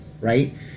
right